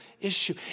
issue